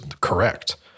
correct